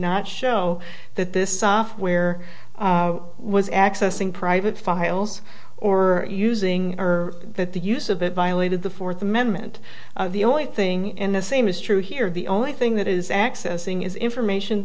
not show that this software was accessing private files or using or that the use of it violated the fourth amendment the only thing in the same is true here the only thing that is accessing is information